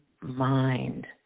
mind